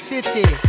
City